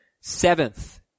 Seventh